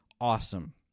Awesome